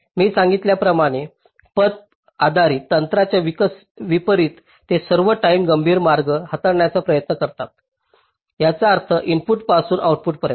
मी सांगितल्याप्रमाणे पथ आधारित तंत्राच्या विपरित ते सर्व टाईम गंभीर मार्ग हाताळण्याचा प्रयत्न करतात याचा अर्थ इनपुटपासून आउटपुटपर्यंत